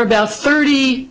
about thirty